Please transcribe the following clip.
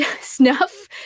snuff